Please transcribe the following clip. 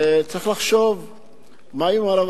צריך לחשוב מה עם הרב